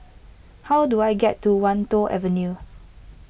how do I get to Wan Tho Avenue